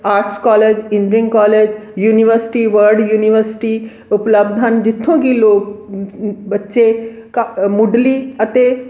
arts college engineering college university world university ਉਪਲਬਧ ਹਨ ਜਿੱਥੋਂ ਕਿ ਲੋਕ ਬੱਚੇ ਕ ਮੁੱਢਲੀ ਅਤੇ